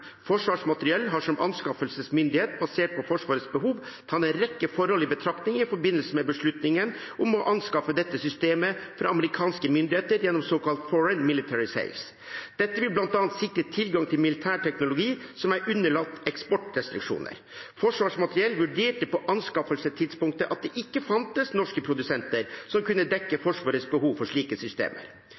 Forsvarsmateriell har som anskaffelsesmyndighet basert på Forsvarets behov tatt en rekke forhold i betraktning i forbindelse med beslutningen om å anskaffe dette systemet fra amerikanske myndigheter gjennom såkalte Foreign Military Sales. Dette vil bl.a. sikre tilgang til militær teknologi som er underlagt eksportrestriksjoner. Forsvarsmateriell vurderte på anskaffelsestidspunktet at det ikke fantes norske produsenter som kunne dekke Forsvarets behov for slike systemer.